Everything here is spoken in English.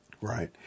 Right